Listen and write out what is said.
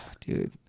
dude